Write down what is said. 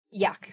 Yuck